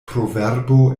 proverbo